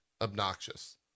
obnoxious